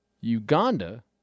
Uganda